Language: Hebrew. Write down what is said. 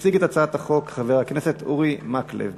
יציג את הצעת החוק חבר הכנסת אורי מקלב.